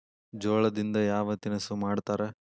ಜೋಳದಿಂದ ಯಾವ ತಿನಸು ಮಾಡತಾರ?